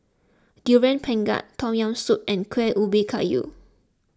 Durian Pengat Tom Yam Soup and Kueh Ubi Kayu